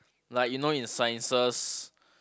like you know in sciences